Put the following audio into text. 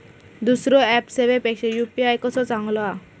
दुसरो ऍप सेवेपेक्षा यू.पी.आय कसो चांगलो हा?